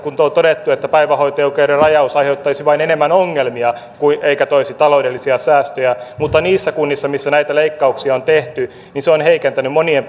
kun on todettu että päivähoito oikeuden rajaus aiheuttaisi vain enemmän ongelmia eikä toisi taloudellisia säästöjä mutta niissä kunnissa missä näitä leikkauksia on tehty se on heikentänyt monien